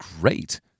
great